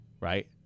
right